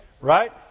Right